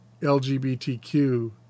LGBTQ